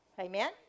amen